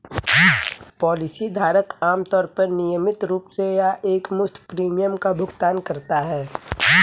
policy धारक आमतौर पर नियमित रूप से या एकमुश्त प्रीमियम का भुगतान करता है